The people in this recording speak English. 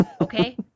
okay